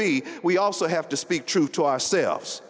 be we also have to speak truth to ourselves